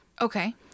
Okay